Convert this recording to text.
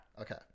Okay